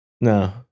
No